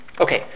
Okay